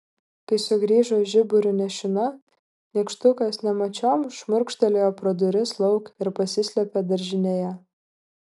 kai sugrįžo žiburiu nešina nykštukas nemačiom šmurkštelėjo pro duris lauk ir pasislėpė daržinėje